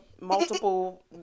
multiple